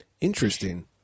Interesting